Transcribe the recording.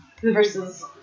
versus